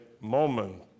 moment